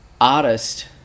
artist